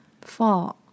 Four